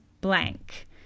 blank